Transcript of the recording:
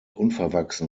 unverwachsen